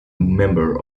member